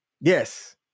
Yes